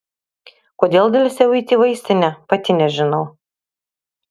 kodėl delsiau eiti į vaistinę pati nežinau